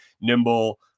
nimble